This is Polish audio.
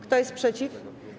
Kto jest przeciw?